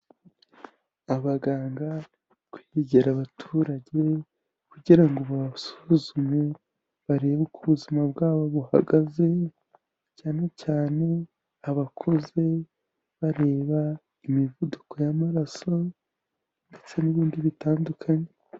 Abaganga kwegera abaturage kugira ngo basuzume barebe uko ubuzima bwabo buhagaze, cyane cyane abakuze bareba imivuduko y'amaraso ndetse n'ibindi bitandukanye.